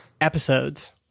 episodes